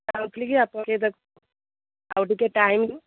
ଚାହୁଁଥିଲି କି ଆପଣ ଟିକେ ତାକୁ ଆଉ ଟିକେ ଟାଇମ୍